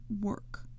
work